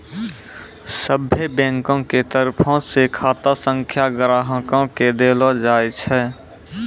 सभ्भे बैंको के तरफो से खाता संख्या ग्राहको के देलो जाय छै